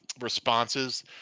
responses